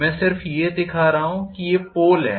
मैं सिर्फ ये दिखा रहा हूं कि ये पोल हैं